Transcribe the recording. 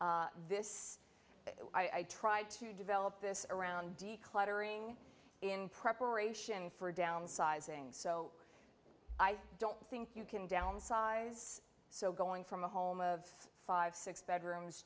this i try to develop this around de cluttering in preparation for a downsizing so i don't think you can downsize so going from a home of five six bedrooms